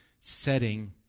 setting